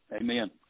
Amen